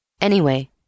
Anyway